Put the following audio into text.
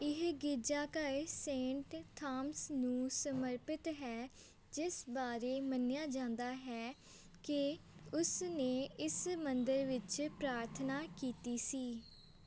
ਇਹ ਗਿਜਾਘਰ Saint Thomas ਨੂੰ ਸਮਰਪਿਤ ਹੈ ਜਿਸ ਬਾਰੇ ਮੰਨਿਆ ਜਾਂਦਾ ਹੈ ਕਿ ਉਸ ਨੇ ਇਸ ਮੰਦਰ ਵਿੱਚ ਪ੍ਰਾਰਥਨਾ ਕੀਤੀ ਸੀ